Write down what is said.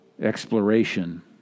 exploration